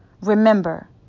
Remember